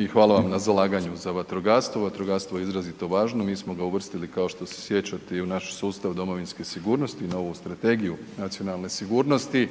i hvala vam na zalaganju za vatrogastvo. Vatrogastvo je izrazito važno, mi smo ga uvrstili kao što se sjećate u naš sustav domovinske sigurnosti na ovu Strategiju nacionalne sigurnosti.